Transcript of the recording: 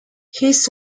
his